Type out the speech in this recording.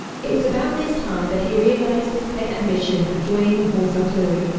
it was about this time that he realized his pet ambition of joining the horse artillery.